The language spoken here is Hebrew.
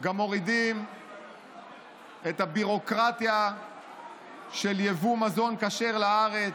אנחנו גם מורידים את הביורוקרטיה של ייבוא מזון כשר לארץ.